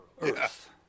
Earth